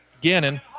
Gannon